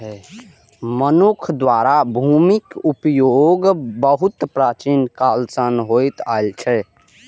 मनुक्ख द्वारा भूमिक उपयोग बहुत प्राचीन काल सं होइत आयल छै